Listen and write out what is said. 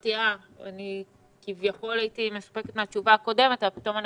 שאמרתי אז שכביכול הייתי מסתפקת בתשובה הקודמת אבל פתאום אני